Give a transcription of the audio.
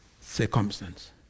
circumstance